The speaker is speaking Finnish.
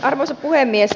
arvoisa puhemies